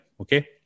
Okay